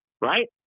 right